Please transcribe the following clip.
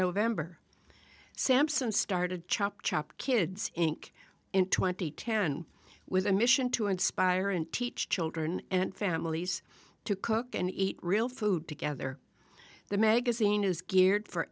november sampson started chop chop kids inc in twenty ten with a mission to inspire and teach children and families to cook and eat real food together the magazine is geared for